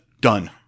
Done